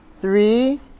Three